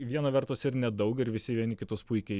viena vertus ir nedaug ir visi vieni kitus puikiai